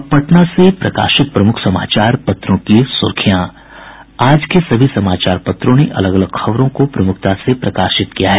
अब पटना से प्रकाशित प्रमुख समाचार पत्रों की सुर्खियां आज के सभी समाचार पत्रों ने अलग अलग खबरों को प्रमुखता से प्रकाशित किया है